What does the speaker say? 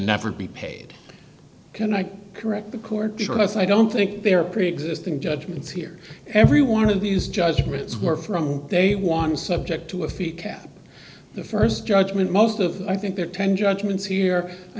never be paid can i correct the court because i don't think they are preexisting judgments here every one of these judgments were from day one subject to a fee cap the st judgment most of i think there are ten judgments here i